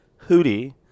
Hootie